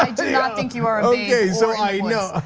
i do not think you are ah yeah are i know.